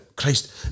Christ